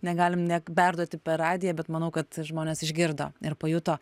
negalim neg perduoti per radiją bet manau kad žmonės išgirdo ir pajuto